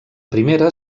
primera